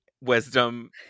wisdom